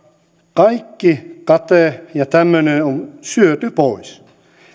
kaikki kate ja tämmöinen on syöty pois